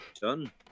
done